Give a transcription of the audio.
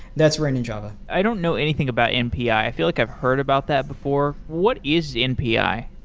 that's written in java. i don't know anything about mpi. i feel like i've heard about that before. what is mpi?